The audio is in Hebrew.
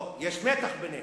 לא, יש מתח ביניהם.